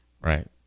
Right